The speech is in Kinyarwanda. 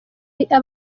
bajya